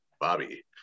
Bobby